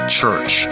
Church